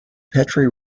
petrie